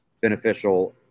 beneficial